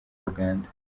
uganda